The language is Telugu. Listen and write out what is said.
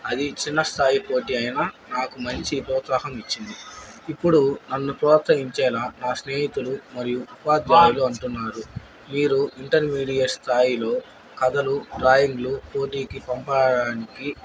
అది చిన్న స్థాయి పోటీ అయినా నాకు మంచి ప్రోత్సాహం ఇచ్చింది ఇప్పుడు నన్ను ప్రోత్సహించేలా నా స్నేహితులు మరియు ఉపాధ్యాయులు అంటున్నారు మీరు ఇంటర్మీడియట్ స్థాయిలో కథలు డ్రాయింగ్లు పోటీకి పంపడానికి